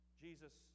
Jesus